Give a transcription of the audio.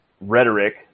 rhetoric